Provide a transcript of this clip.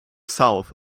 south